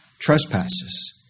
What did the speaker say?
trespasses